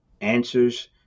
answers